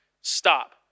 stop